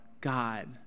God